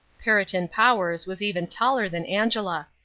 perriton powers was even taller than angela.